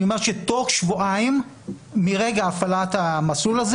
אני אומר שתוך שבועיים מרגע הפעלת המסלול הזה